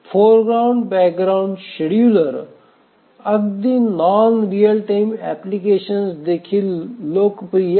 foreground background scheduler अगदी non real time applications देखील लोकप्रिय आहे